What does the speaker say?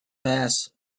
mass